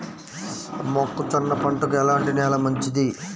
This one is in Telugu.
మొక్క జొన్న పంటకు ఎలాంటి నేల మంచిది?